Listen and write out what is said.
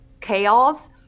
chaos